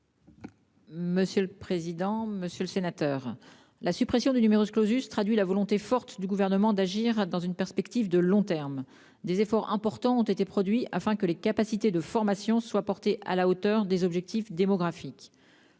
ministre déléguée. Monsieur le sénateur, la suppression du traduit la volonté forte du gouvernement d'agir dans une perspective de long terme. Des efforts importants ont été produits afin que les capacités de formation soient portées à la hauteur des objectifs démographiques.